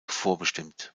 vorbestimmt